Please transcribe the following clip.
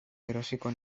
erosiko